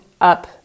up